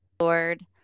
Lord